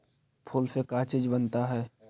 फूल से का चीज बनता है?